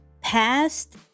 past